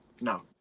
No